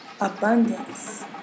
abundance